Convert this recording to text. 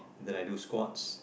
then I do squats